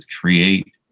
create